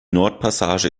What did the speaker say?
nordpassage